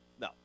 No